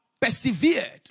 persevered